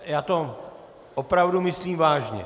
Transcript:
Já to opravdu myslím vážně!